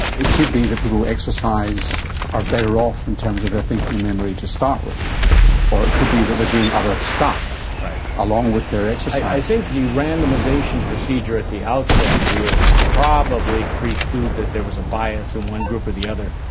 it could be that people who exercise are better off in terms of their thinking and memory to start with or it could be that they're doing other stuff along with their exercise. i think the randomisation procedure at the outset would probably preclude that there was a bias in one group or the other.